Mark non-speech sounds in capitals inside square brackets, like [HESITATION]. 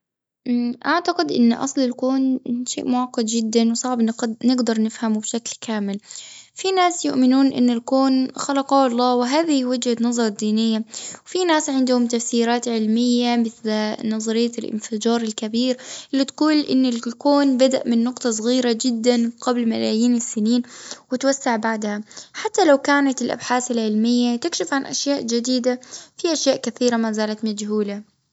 اه [HESITATION] أعتقد إن أصل الكون، [HESITATION] شيء معقد جداً، وصعب نقد- نجدر نفهمه بشكل كامل. في ناس يؤمنون إن الكون خلقه الله، وهذه وجهة نظر دينية، وفي ناس عندهم تفسيرات علمية، [HESITATION] مثل [HESITATION] نظرية الانفجار الكبير. اللي تقول إن الكون بدأ من نقطة صغيرة جداً، قبل ملايين السنين، واتوسع بعدها. حتى لو كانت الأبحاث العلمية تكشف عن أشياء جديدة، في أشياء كثيرة ما زالت مجهولة.